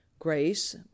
Grace